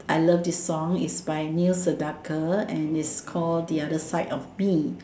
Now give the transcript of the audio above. I love this song it's by Neil Sedaka and it's call the other side of me